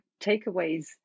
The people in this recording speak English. takeaways